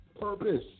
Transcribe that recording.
purpose